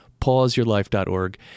pauseyourlife.org